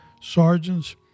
Sergeants